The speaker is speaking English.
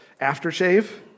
aftershave